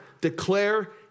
declare